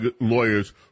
lawyers